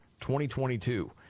2022